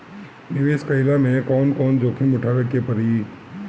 निवेस कईला मे कउन कउन जोखिम उठावे के परि?